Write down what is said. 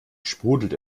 sprudelte